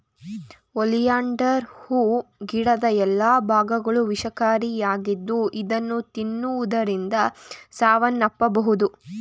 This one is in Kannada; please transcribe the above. ಒಲಿಯಾಂಡರ್ ಹೂ ಗಿಡದ ಎಲ್ಲಾ ಭಾಗಗಳು ವಿಷಕಾರಿಯಾಗಿದ್ದು ಇದನ್ನು ತಿನ್ನುವುದರಿಂದ ಸಾವನ್ನಪ್ಪಬೋದು